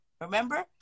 remember